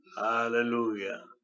hallelujah